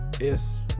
Yes